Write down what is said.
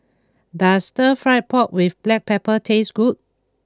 does Stir Fried Pork with Black Pepper taste good